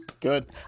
Good